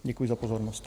Děkuji za pozornost.